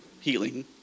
healing